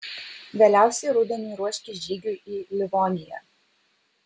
vėliausiai rudeniui ruoškis žygiui į livoniją